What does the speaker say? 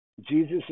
Jesus